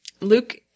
Luke